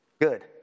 Good